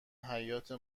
حیاطه